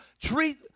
treat